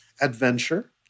adventure